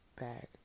bag